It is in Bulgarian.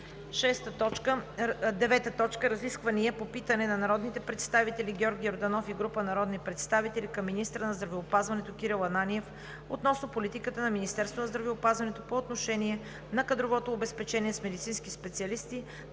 четвъртък, 25 юли 2019 г. 9. Разисквания по питане от народните представители Георги Йорданов и група народни представители към министъра на здравеопазването Кирил Ананиев относно политиката на Министерството на здравеопазването по отношение на кадровото обезпечение с медицински специалисти